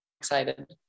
excited